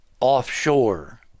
offshore